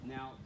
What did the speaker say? Now